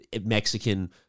Mexican